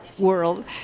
world